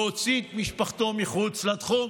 להוציא את משפחתו מחוץ לתחום,